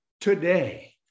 today